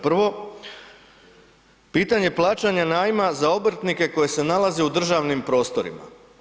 Prvo, pitanje plaćanja najma za obrtnike koji se nalaze u državnim prostorima.